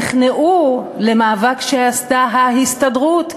נכנעו למאבק שעשתה ההסתדרות,